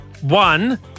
One